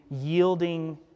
yielding